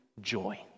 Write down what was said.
joy